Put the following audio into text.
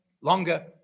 longer